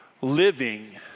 living